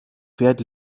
fährt